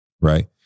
right